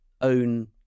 own